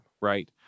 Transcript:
right